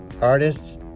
artists